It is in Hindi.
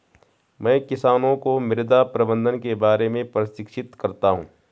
मैं किसानों को मृदा प्रबंधन के बारे में प्रशिक्षित करता हूँ